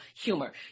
humor